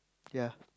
ya